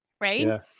right